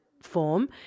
form